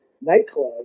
Nightclub